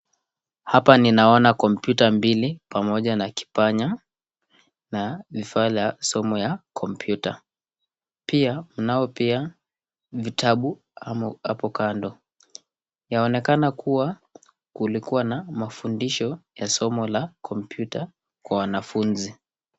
Hapa ninaona kompyuta mbili pamoja na kipanya na vifaa vya somo ya kompyuta, pia mnao pia vitabu hapo kando yaonekana kuwa kulikuwa na mafundisho ya somo la kompyuta kwa wanafunzi.